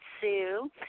Sue